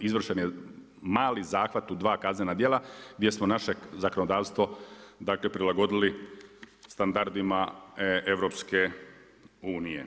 Izvršen je mali zahvat u dva kaznena djela, gdje smo naše zakonodavstvo, dakle prilagodili standardima EU.